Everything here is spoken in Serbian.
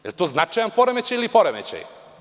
Jel to značajna poremećaj ili poremećaj?